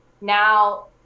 Now